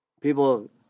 People